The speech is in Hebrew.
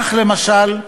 כך, למשל,